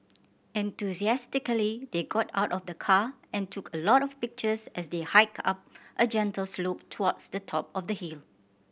enthusiastically they got out of the car and took a lot of pictures as they hiked up a gentle slope towards the top of the hill